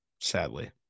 sadly